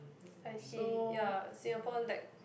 I see ya Singapore lack